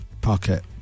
pocket